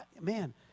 Man